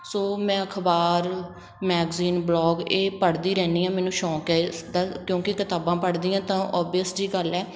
ਸੋ ਮੈਂ ਅਖਬਾਰ magazine vlog ਇਹ ਪੜ੍ਹਦੀ ਰਹਿੰਦੀ ਹਾਂ ਮੈਨੂੰ ਸ਼ੌਕ ਹੈ ਇਸਦਾ ਕਿਉਂਕਿ ਕਿਤਾਬਾਂ ਪੜ੍ਹਦੀ ਹਾਂ ਤਾਂ ਓਬਵੀਅਸ ਜਿਹੀ ਗੱਲ ਹੈ